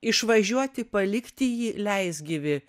išvažiuoti palikti jį leisgyvį